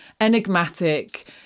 enigmatic